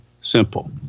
simple